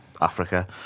Africa